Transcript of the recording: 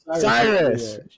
Cyrus